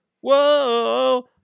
whoa